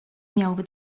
miałoby